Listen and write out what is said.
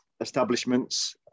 establishments